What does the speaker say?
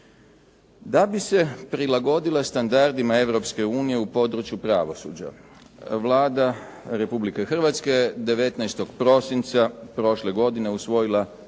Da bi se prilagodila standardima Europske unije u području pravosuđa Vlada Republike Hrvatske 19. prosinca prošle godine usvojila